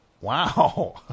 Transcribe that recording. Wow